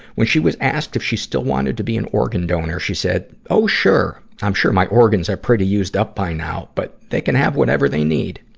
when she was asked if she still wanted to be an organ donor, she said, oh sure. i'm sure my organs are pretty used up by now. but they can have whatever they need.